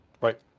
Right